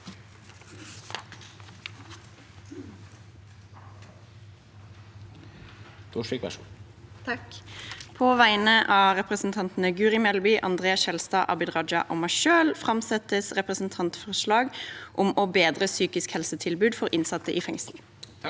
På vegne av representantene Guri Melby, André N. Skjelstad, Abid Raja og meg selv framsettes et representantforslag om å bedre psykisk helsetilbud for innsatte i fengsel.